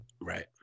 Right